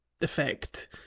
effect